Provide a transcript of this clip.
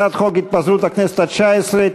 הצעת חוק התפזרות הכנסת התשע-עשרה,